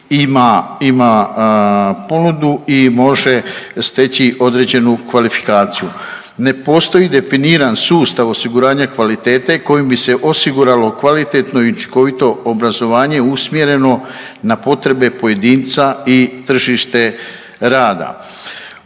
ima ponudu i može steći određenu kvalifikaciju. Ne postoji definiran sustav osiguranja kvalitete kojim bi se osiguralo kvalitetno i učinkovito obrazovanje usmjereno na potrebe pojedinca i tržište rada.